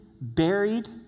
buried